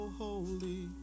holy